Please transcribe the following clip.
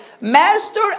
master